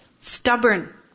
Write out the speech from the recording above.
Stubborn